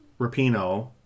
Rapino